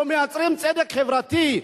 לא מייצרים צדק חברתי,